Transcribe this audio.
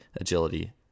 agility